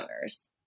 owners